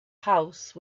house